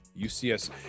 UCS